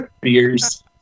beers